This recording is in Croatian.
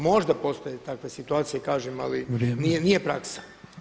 Možda postoje takve situacije kažem ali nije praksa.